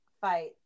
fight